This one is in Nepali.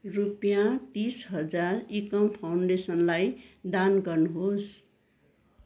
रुपियाँ तिस हजार इकम फाउन्डेसनलाई दान गर्नुहोस्